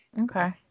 Okay